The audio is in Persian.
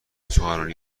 سخنرانی